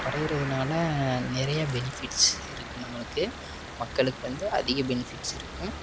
குறையிறதுனால நிறைய பெனிஃபிட்ஸ் இருக்குது நம்மளுக்கு மக்களுக்கு வந்து அதிக பெனிஃபிட்ஸ் இருக்குது